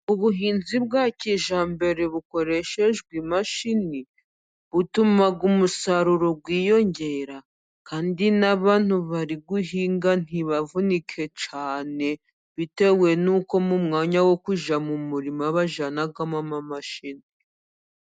Ubuhinzi bwa kijyambere bukoreshejwe imashini ,butuma umusaruro wiyongera, kandi n'abantu bari guhinga ntibavunike cyane ,bitewe n'uko mu mwanya wo kujya mu murima bajyana amamshini.